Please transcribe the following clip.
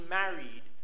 married